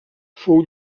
fou